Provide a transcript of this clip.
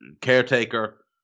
caretaker